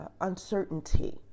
uncertainty